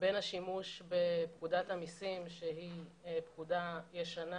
בין השימוש בפקודת המיסים, שהיא פקודה ישנה,